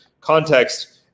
context